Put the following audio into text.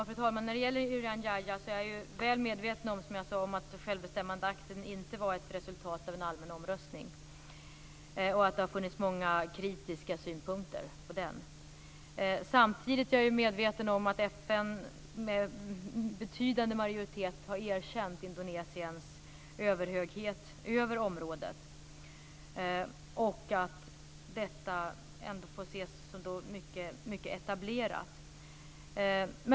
Fru talman! När det gäller Irian Jaya är jag som jag sade väl medveten om att självbestämmandeakten inte var ett resultat av en allmän omröstning och att det har funnits många kritiska synpunkter på den. Samtidigt är jag medveten om att FN med betydande majoritet har erkänt Indonesiens överhöghet över området och att detta ändå får ses som mycket etablerat.